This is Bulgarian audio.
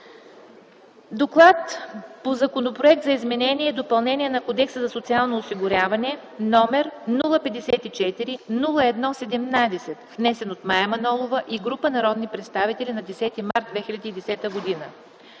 ДОКЛАД по Законопроект за изменение и допълнение на Кодекса за социално осигуряване, № 054-01-17, внесен от Мая Манолова и група народни представители на 10 март 2010 г.